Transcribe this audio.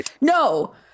no